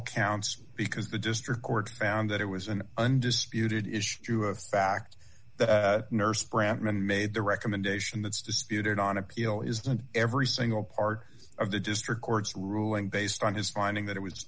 counts because the district court found that it was an undisputed issue of fact that nurse brafman made the recommendation that's disputed on appeal is that every single part of the district court's ruling based on his finding that it was